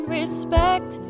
respect